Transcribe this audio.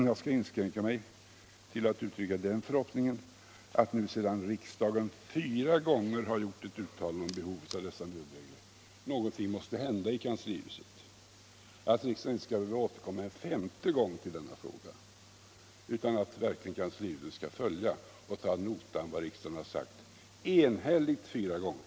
Jag skall inskränka mig till att uttrycka den förhoppningen, sedan riksdagen fyra gånger har gjort ett uttalande om behovet av dessa regler, att riksdagen inte skall behöva återkomma en femte gång till denna fråga utan att kanslihuset skall följa och ta ad notam vad riksdagen enigt har uttalat.